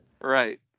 Right